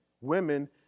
women